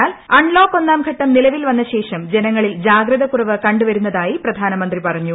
എന്നാൽ അൺലോക്ക് ഒന്നാംഘട്ടം നിലവിൽ വന്നശേഷം ജനങ്ങളിൽ ജാഗ്രത കുറവ് കണ്ട് വരുന്നതായി പ്രധാനമന്ത്രി പറഞ്ഞു